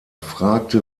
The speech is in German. fragte